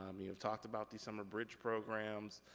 i mean have talked about these summer bridge programs,